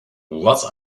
what